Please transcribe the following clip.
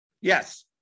Yes